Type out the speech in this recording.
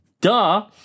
Duh